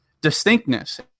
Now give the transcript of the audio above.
distinctness